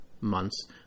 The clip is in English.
months